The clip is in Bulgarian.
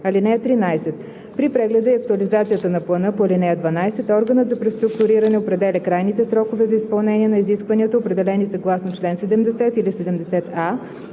„(13) При прегледа и актуализацията на плана по ал. 12 органът за преструктуриране определя крайните срокове за изпълнение на изискванията, определени съгласно чл. 70 или 70а,